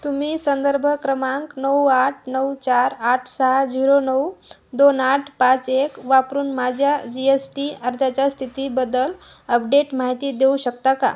तुम्ही संदर्भ क्रमांक नऊ आठ नऊ चार आठ सहा झिरो नऊ दोन आठ पाच एक वापरून माझ्या जी एस टी अर्जाच्या स्थितीबद्दल अपडेट माहिती देऊ शकता का